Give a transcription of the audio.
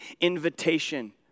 invitation